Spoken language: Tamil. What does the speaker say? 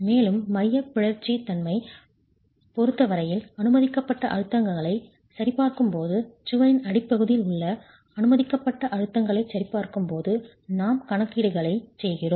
மேலும் மையப் பிறழ்ச்சி தன்மை யைப் பொறுத்த வரையில் அனுமதிக்கப்பட்ட அழுத்தங்களைச் சரிபார்க்கும் போது சுவரின் அடிப்பகுதியில் உள்ள அனுமதிக்கப்பட்ட அழுத்தங்களைச் சரிபார்க்கும் போது நாம் கணக்கீடுகளைச் செய்கிறோம்